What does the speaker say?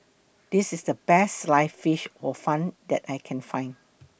This IS The Best Sliced Fish Hor Fun that I Can Find